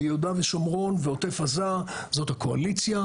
ביהודה ושומרון ועוטף עזה זאת הקואליציה.